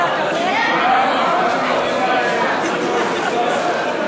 סיעות רע"ם-תע"ל-מד"ע חד"ש בל"ד להביע אי-אמון בממשלה לא נתקבלה.